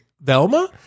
Velma